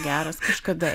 geras kažkada